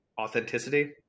authenticity